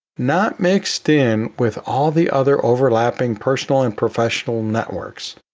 not mixed in with all the other overlapping personal and professional networks?